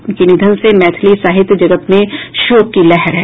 उनके निधन से मैथिली साहित्य जगत में शोक की लहर है